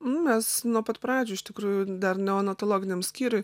nu mes nuo pat pradžių iš tikrųjų dar neonatologiniam skyriuj